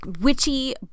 witchy